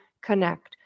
connect